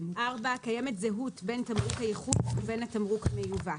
(4)קיימת זהות בין תמרוק הייחוס ובין התמרוק המיובא,